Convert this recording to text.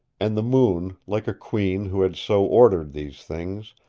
and the moon, like a queen who had so ordered these things,